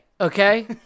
okay